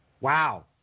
Wow